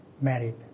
married